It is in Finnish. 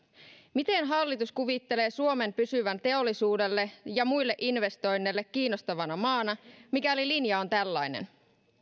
miten hallitus kuvittelee suomen pysyvän teollisuudelle ja muille investoinneille kiinnostavana maana mikäli linja on tällainen